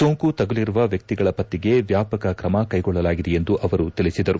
ಸೋಂಕು ತಗುಲಿರುವ ವ್ಯಕ್ತಿಗಳ ಪತ್ರೆಗೆ ವ್ಯಾಪಕ ಕ್ರಮ ಕೈಗೊಳ್ಳಲಾಗಿದೆ ಎಂದು ಅವರು ತಿಳಿಸಿದರು